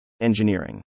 Engineering